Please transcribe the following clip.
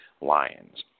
lions